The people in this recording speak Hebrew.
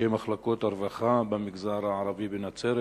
ראשי מחלקות הרווחה במגזר הערבי בנצרת,